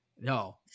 No